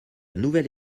nouvelle